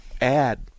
add